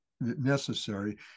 necessary